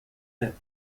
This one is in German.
der